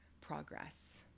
progress